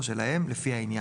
שלו, לפי העניין.